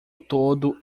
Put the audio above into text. todo